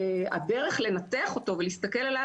הדרך לנתח אותו ולהסתכל עליו,